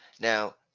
Now